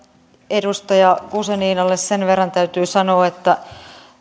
edustaja guzeninalle sen verran täytyy sanoa